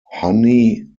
honey